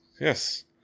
Yes